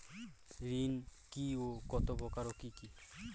ঋণ কি ও কত প্রকার ও কি কি?